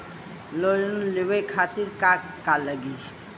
Loan लेवे खातीर का का लगी?